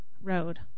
road